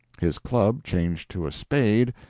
his club changed to a spade,